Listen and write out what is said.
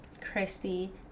Christy